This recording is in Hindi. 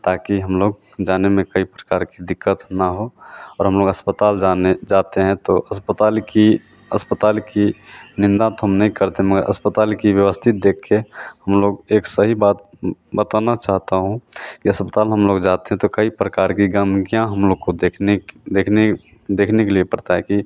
ताकि हम लोग जाने में कई प्रकार की दिक़्क़त ना हो और हम लोग अस्पताल जाने जाते हैं तो अस्पताल की अस्पताल की निंदा तो हम नहीं करते मगर अस्पताल की व्यवस्थित देखकर हम लोग एक सही बात बताना चाहता हूँ कि अस्पताल हम लोग जाते हैं तो कई प्रकार की गम्कियाँ हम लोग को देखने देखने देखने के लिए पड़ता है कि